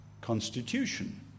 constitution